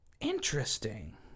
interesting